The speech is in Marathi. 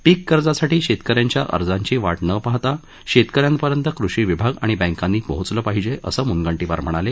पीक कर्जासाठी शेतक यांच्या अर्जाची वाट न पाहता शेतक यांपर्यंत कृषी विभाग आणि बँकांनी पोहचलं पाहिजे असं म्नगंटीवार म्हणाले